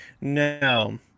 No